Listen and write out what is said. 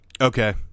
Okay